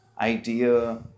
idea